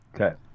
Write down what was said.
Okay